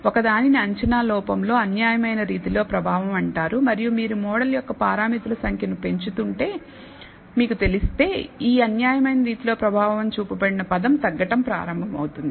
ఒక దానిని అంచనా లోపంలో అన్యాయమైన రీతిలో ప్రభావం అంటారు మరియు మీరు మోడల్ యొక్క పారామితులుసంఖ్యను పెంచుకుంటే మీకు తెలిస్తే ఈ అన్యాయమైన రీతిలో ప్రభావం చూపబడిన పదం తగ్గటం ప్రారంభమవుతుంది